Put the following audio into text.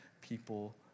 people